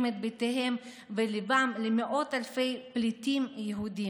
את בתיהם וליבם למאות אלפי פליטים יהודים.